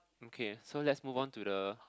okay so let's move on to the